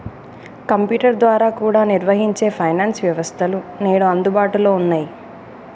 computer ద్వారా కూడా నిర్వహించే ఫైనాన్స్ వ్యవస్థలు నేడు అందుబాటులో ఉన్నయ్యి